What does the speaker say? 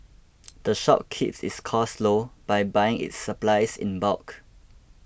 the shop keeps its costs low by buying its supplies in bulk